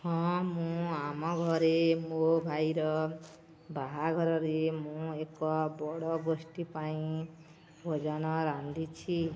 ହଁ ମୁଁ ଆମ ଘରେ ମୋ ଭାଇର ବାହାଘରରେ ମୁଁ ଏକ ବଡ଼ ଗୋଷ୍ଠୀ ପାଇଁ ଭୋଜନ ରାନ୍ଧିଛି